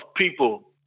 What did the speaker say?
people